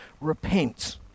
Repent